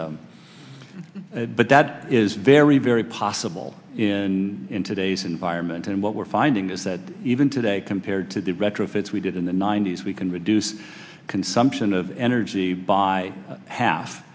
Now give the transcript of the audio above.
but that is very very possible in today's environment and what we're finding is that even today compared to the retrofits we did in the ninety's we can reduce consumption of energy by half